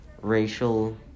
racial